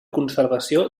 conservació